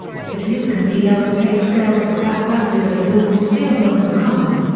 significantly lower pay scales for black workers at the local steel mills were common.